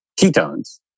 ketones